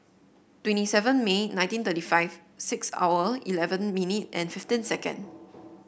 twenty seven May nineteen thirty five six hour eleven minute and fifteen second